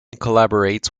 collaborates